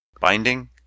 Binding